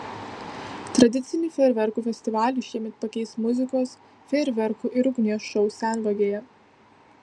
tradicinį fejerverkų festivalį šiemet pakeis muzikos fejerverkų ir ugnies šou senvagėje